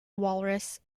walrus